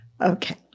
Okay